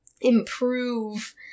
improve